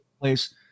place